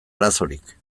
arazorik